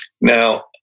Now